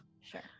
sure